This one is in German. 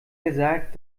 gesagt